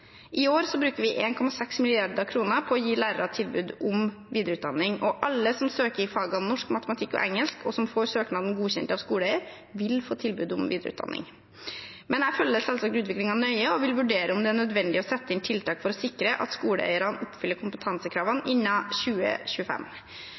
I år bruker vi 1,6 mrd. kr på å gi lærere tilbud om videreutdanning. Alle som søker i fagene norsk, matematikk og engelsk, og som får søknaden godkjent av skoleeier, vil få tilbud om videreutdanning. Jeg følger selvsagt utviklingen nøye og vil vurdere om det er nødvendig å sette inn tiltak for å sikre at skoleeierne oppfyller kompetansekravene